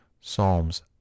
Psalms